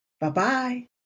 Bye-bye